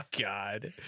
god